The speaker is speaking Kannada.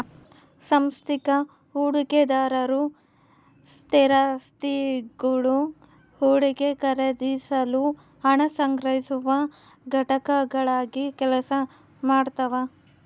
ಸಾಂಸ್ಥಿಕ ಹೂಡಿಕೆದಾರರು ಸ್ಥಿರಾಸ್ತಿಗುಳು ಹೂಡಿಕೆ ಖರೀದಿಸಲು ಹಣ ಸಂಗ್ರಹಿಸುವ ಘಟಕಗಳಾಗಿ ಕೆಲಸ ಮಾಡ್ತವ